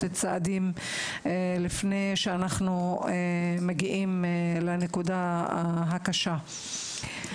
צעדים לפני שאנחנו מגיעים לנקודה הקשה.